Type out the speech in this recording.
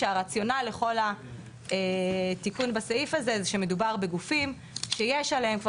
כשהרציונל לכל התיקון בסעיף הזה זה שמדובר בגופים שיש עליהם כבר